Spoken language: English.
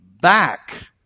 back